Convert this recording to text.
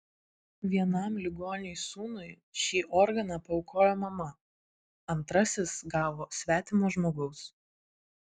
vienam ligoniui sūnui šį organą paaukojo mama antrasis gavo svetimo žmogaus